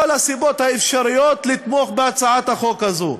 הסיבות האפשריות לתמוך בהצעת החוק הזאת,